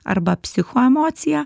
arba psichoemocija